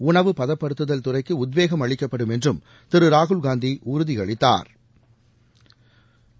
உணவு பதப்படுத்துதல் துறைக்கு உத்வேகம் அளிக்கப்படும் என்றும் திரு ராகுல் காந்தி உறுதி அளித்தாா்